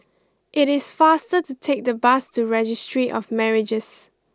it is faster to take the bus to Registry of Marriages